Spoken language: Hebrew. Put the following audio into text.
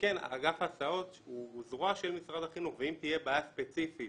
אגף ההסעות הוא זרוע של משרד החינוך ואם תהיה בעיה ספציפית